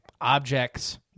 objects